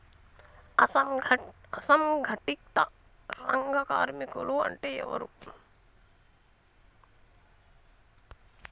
అసంఘటిత రంగ కార్మికులు అంటే ఎవలూ?